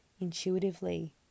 intuitively